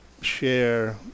share